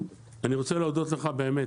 אני רוצה להודות לך, באמת,